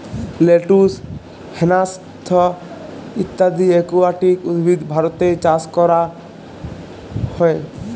lettuce, hyacinth ইত্যদি aquatic উদ্ভিদ ভারতে চাস ক্যরা হ্যয়ে